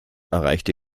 erreichte